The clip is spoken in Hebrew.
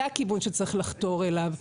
זה הכיוון שצריך לחתור אליו.